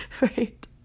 right